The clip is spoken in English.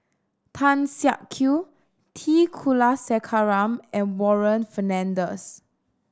Tan Siak Kew T Kulasekaram and Warren Fernandez